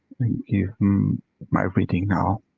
give my reading now.